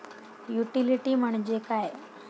Utility म्हणजे काय?